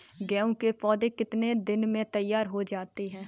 गेहूँ के पौधे कितने दिन में तैयार हो जाते हैं?